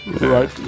Right